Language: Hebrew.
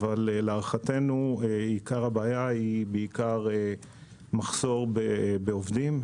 אבל להערכתנו עיקר הבעיה היא בעיקר מחסור בעובדים,